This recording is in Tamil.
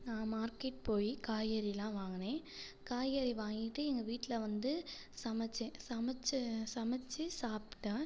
நான் மார்க்கெட் போய் காய்கறில்லாம் வாங்கினேன் காய்கறி வாங்கிட்டு எங்கள் வீட்டில் வந்து சமைச்சேன் சமைச்ச சமைத்து சாப்பிட்டேன்